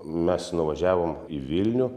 mes nuvažiavom į vilnių